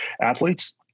athletes